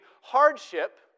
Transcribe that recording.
hardship